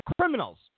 criminals